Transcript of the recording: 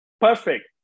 Perfect